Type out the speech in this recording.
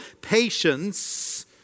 patience